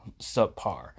subpar